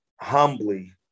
humbly